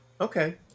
Okay